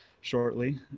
shortly